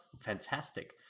fantastic